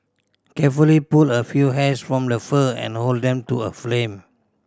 carefully pull a few hairs from the fur and hold them to a flame